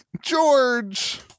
George